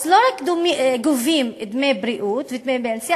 אז לא גובים רק דמי בריאות ודמי פנסיה